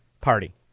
Party